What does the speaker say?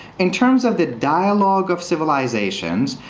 in terms of the dialogue of civilizations,